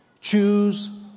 Choose